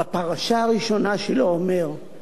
בפרשה הראשונה שלו, אומר: